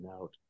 out